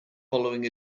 following